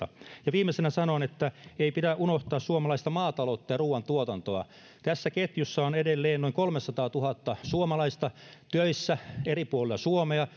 pohjalta viimeisenä sanon että ei pidä unohtaa suomalaista maataloutta ja ruoantuotantoa tässä ketjussa on edelleen noin kolmesataatuhatta suomalaista töissä eri puolilla suomea